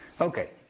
Okay